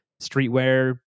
streetwear